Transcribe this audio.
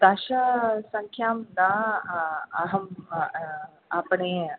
दश सङ्खां ना अहं आपणे